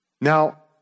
Now